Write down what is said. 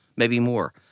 maybe more,